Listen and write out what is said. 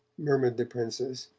murmured the princess,